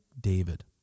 David